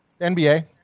NBA